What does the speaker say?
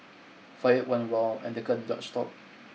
fired one round and the car did not stop